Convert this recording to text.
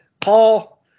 Paul